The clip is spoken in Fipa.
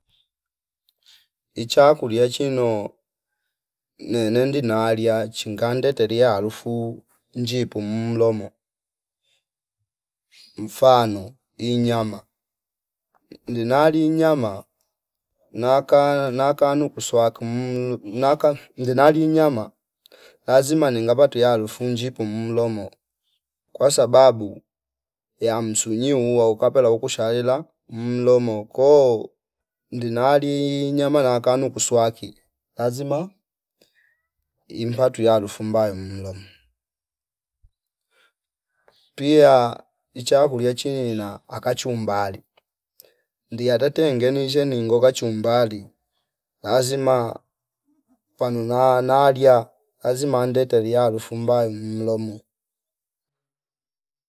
Ichakulia chino ne- nendi naalia chinga ndete lia halufu nji puumlomo mfano inyama ndinali nyama naka- nakanuku kuswaku muu naka ndenali nyama lazima ninga pate halafu njipu mlomo kwasababu yamsu nyi uwa ukapela ukushaila mmlomo ko ndinali nyama na kanu kuswaki lazima imbatu yalufu mbaya mlomo, pia ichakulia chinina akachumbali ndiya tete ngeni sheningo kachumbali lazima panu naa nalia lazima nde telia halufu mbaya mlomo